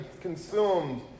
consumed